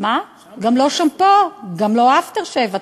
גם לא שמפו, גם לא אפטרשייב.